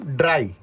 dry